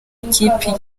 ikipe